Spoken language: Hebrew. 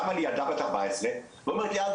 קמה לי ילדה בת 14 ואומרת לי: 'עדי,